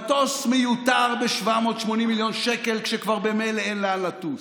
מטוס מיותר ב-780 מיליון שקל כשכבר ממילא אין לאן לטוס.